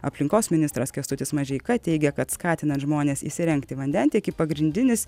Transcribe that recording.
aplinkos ministras kęstutis mažeika teigia kad skatina žmones įsirengti vandentiekį pagrindinis